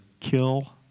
Kill